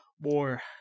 more